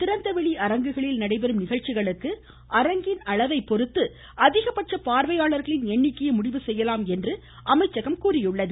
திறந்தவெளி அரங்குகளில் நடைபெறும் நிகழ்ச்சிகளுக்கு அரங்கின் அளவை பொறுத்து அதிகபட்ச பார்வையாளர்களின் எண்ணிக்கையை முடிவு செய்யலாம் என்றும் அமைச்சகம் கூறியுள்ளது